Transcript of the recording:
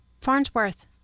Farnsworth